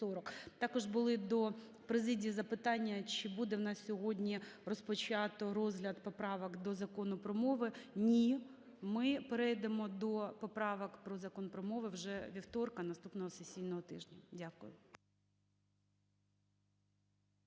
Також були до президії запитання, чи буде у нас сьогодні розпочато розгляд поправок до Закону про мову. Ні, ми перейдемо до поправок до Закону про мову вже вівторка наступного сесійного тижня. Дякую.